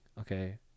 okay